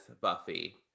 Buffy